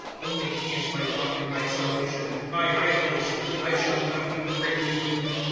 only he is my rock, and my salvation, my high place i shall not be greatly moved.